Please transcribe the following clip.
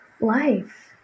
life